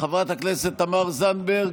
חברת הכנסת תמר זנדברג.